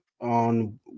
on